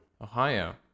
ohio